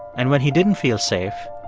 and when he didn't feel safe,